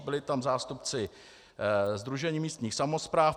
Byli tam zástupci Sdružení místních samospráv.